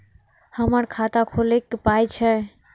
हमर खाता खौलैक पाय छै